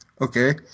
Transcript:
Okay